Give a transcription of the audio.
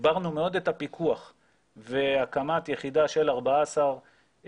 הגברנו מאוד את הפיקוח והקמת יחידה של 14 עובדים